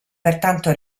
pertanto